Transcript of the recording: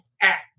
act